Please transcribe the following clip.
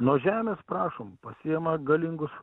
nuo žemės prašom pasiima galingus